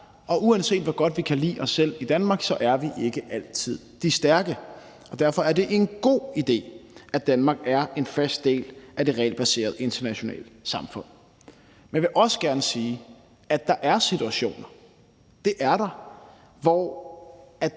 Og uanset hvor godt vi kan lide os selv i Danmark, er vi ikke altid de stærke. Derfor er det en god idé, at Danmark er en fast del af det regelbaserede internationale samfund. Men jeg vil også gerne sige, at der er situationer – det er der – hvor